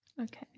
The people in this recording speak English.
Okay